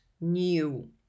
new